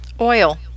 Oil